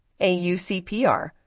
AUCPR